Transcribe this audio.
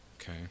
Okay